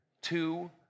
two